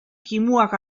kimuak